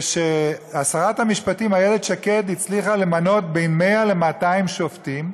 כששרת המשפטים אילת שקד הצליחה למנות בין 100 ל-200 שופטים,